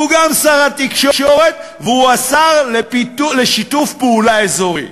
הוא גם שר התקשורת והוא השר לשיתוף פעולה אזורי,